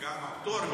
גם הפטור,